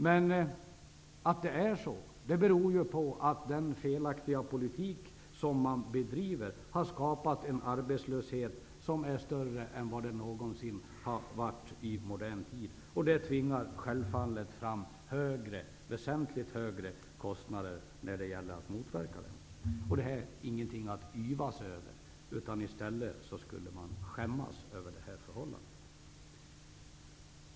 Men att det är så beror på att den felaktiga politik som man bedriver har skapat en arbetslöshet som är större än den någonsin har varit i modern tid, vilket självfallet tvingar fram väsentligt högre kostnader för att motverka den. Detta är ingenting att yvas över. I stället skulle man skämmas över detta förhållande.